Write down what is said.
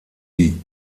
die